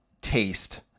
taste